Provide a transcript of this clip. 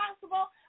possible